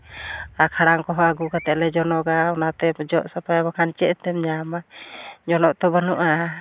ᱟᱨ ᱠᱷᱟᱲᱟᱝ ᱠᱚᱦᱚᱸ ᱟᱹᱜᱩ ᱠᱟᱛᱮᱞᱮ ᱡᱚᱱᱚᱜᱟ ᱚᱱᱟᱛᱮ ᱡᱚᱜ ᱥᱟᱯᱷᱟᱭᱟ ᱵᱟᱠᱷᱟᱱ ᱪᱮᱫ ᱛᱮᱢ ᱧᱟᱢᱟ ᱡᱚᱱᱚᱜ ᱛᱚ ᱵᱟᱹᱱᱩᱜᱼᱟ